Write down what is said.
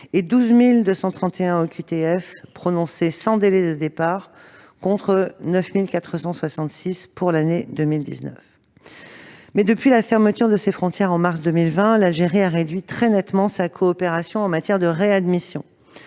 et 12 231 OQTF prononcées sans délai de départ, contre 9 466 pour l'année 2019. « Depuis la fermeture de ses frontières en mars 2020, l'Algérie a réduit très nettement sa coopération en matière de réadmission.